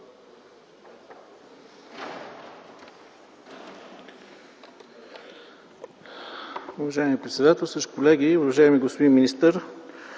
Уважаеми председателстващ, колеги, уважаеми господин министър!